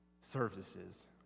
services